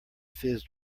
fizz